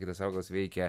kitas augalas veikia